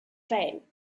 fame